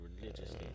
religiously